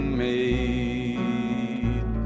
made